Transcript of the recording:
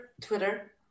Twitter